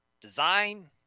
design